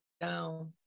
down